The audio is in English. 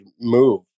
move